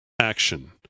action